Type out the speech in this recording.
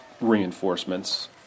reinforcements